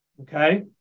Okay